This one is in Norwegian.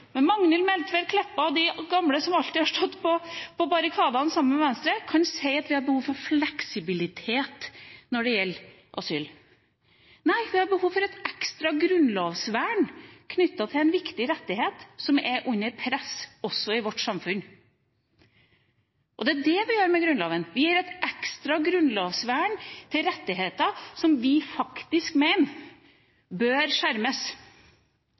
men jeg skjønner ikke at Senterpartiet – med Magnhild Meltveit Kleppa og de gamle som alltid har stått på barrikadene sammen med Venstre – kan si at det er behov for fleksibilitet når det gjelder asyl. Nei, vi har behov for et ekstra grunnlovsvern knyttet til en viktig rettighet som er under press, også i vårt samfunn, og det er det vi gjør med Grunnloven. Vi gir et ekstra grunnlovsvern til rettigheter som vi faktisk mener bør skjermes.